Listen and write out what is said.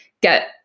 get